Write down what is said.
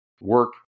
Work